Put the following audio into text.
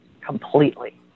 Completely